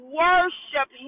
worship